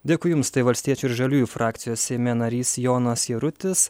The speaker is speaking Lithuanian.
dėkui jums tai valstiečių ir žaliųjų frakcijos seime narys jonas jarutis